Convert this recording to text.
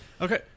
Okay